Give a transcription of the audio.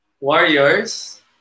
Warriors